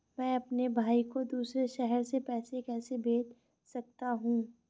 मैं अपने भाई को दूसरे शहर से पैसे कैसे भेज सकता हूँ?